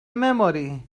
memory